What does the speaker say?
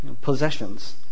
possessions